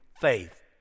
faith